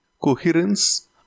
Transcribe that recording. coherence